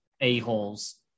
a-holes